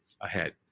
ahead